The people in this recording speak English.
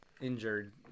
injured